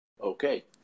Okay